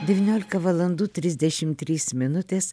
devyniolika valandų trisdešim trys minutės